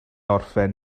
orffen